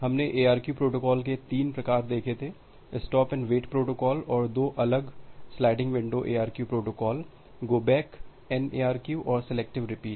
हमने ARQ protocol के तीन प्रकार देखे थे स्टॉप एंड वेट प्रोटोकॉल और दो अलग sliding window ARQ protocol go back N ARQ और सिलेक्टिव रिपीट